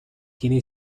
tiene